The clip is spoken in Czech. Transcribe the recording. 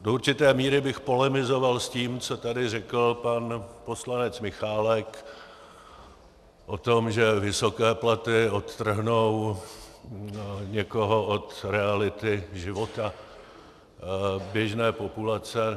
Do určité míry bych polemizoval s tím, co tady řekl pan poslanec Michálek o tom, že vysoké platy odtrhnou někoho od reality života běžné populace.